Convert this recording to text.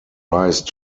rise